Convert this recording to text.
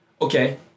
Okay